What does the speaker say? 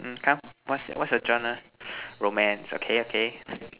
mm come what's what's your genre romance okay okay